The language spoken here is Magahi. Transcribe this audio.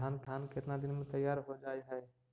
धान केतना दिन में तैयार हो जाय है?